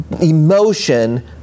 emotion